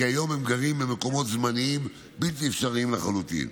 כי היום הם גרים במקומות זמניים בלתי אפשריים לחלוטין.